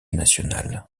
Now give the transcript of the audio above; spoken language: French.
nationale